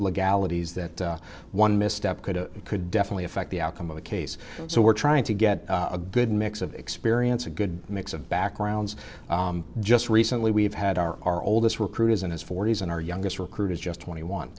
legalities that one misstep could it could definitely affect the outcome of a case so we're trying to get a good mix of experience a good mix of backgrounds just recently we've had our oldest recruit is in his forty's and our youngest recruit is just twenty one